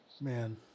Man